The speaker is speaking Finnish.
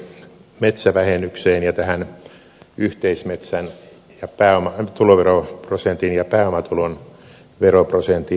metsävähennykseen ja tähän yhteismetsän tuloveroprosentin ja pääomatulon veroprosentin eroon